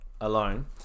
alone